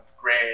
great